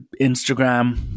Instagram